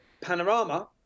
Panorama